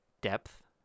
depth